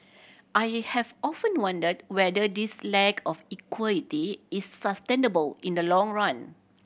I have often wondered whether this lack of equity is sustainable in the long run